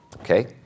Okay